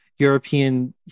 European